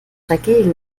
dagegen